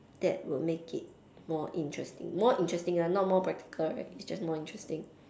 that will make it more interesting more interesting lah not more practical right it's just more interesting